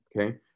Okay